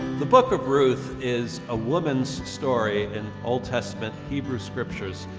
the book of ruth is a woman's story in old testament hebrew scriptures.